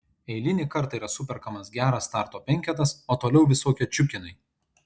eilinį kartą yra superkamas geras starto penketas o toliau visokie čiukinai